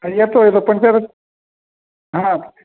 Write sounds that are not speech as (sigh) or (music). येतो येतो पंचा (unintelligible) हा